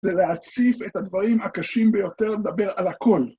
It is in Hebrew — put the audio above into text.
זה להציף את הדברים הקשים ביותר, לדבר על הכול.